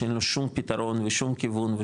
שאין לו שום פתרון ושום כיוון,